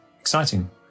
exciting